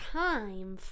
time